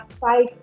five